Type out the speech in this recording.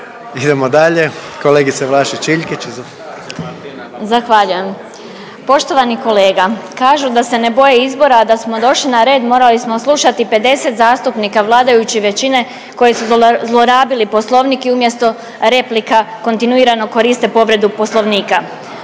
izvolite. **Vlašić Iljkić, Martina (SDP)** Zahvaljujem. Poštovani kolega kažu da se ne boje izbora, a da smo došli na red morali smo slušati 50 zastupnika vladajuće većine koji su zlorabili Poslovnik i umjesto replika kontinuirano koriste povredu Poslovnika.